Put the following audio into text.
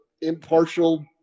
impartial